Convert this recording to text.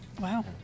Wow